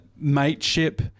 mateship